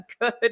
good